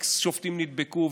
x שופטים נדבקו,